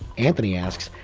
anthony asks,